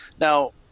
Now